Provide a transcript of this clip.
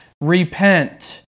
repent